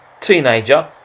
teenager